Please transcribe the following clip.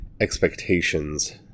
expectations